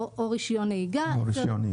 או רישיון נהיגה.